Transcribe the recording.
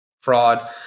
fraud